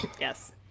Yes